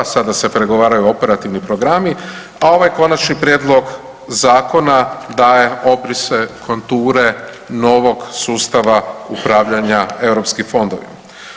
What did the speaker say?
Sada se pregovaraju operativni programi, a ovaj konačni prijedlog zakona daje obrise, konture novog sustava upravljanja EU fondovima.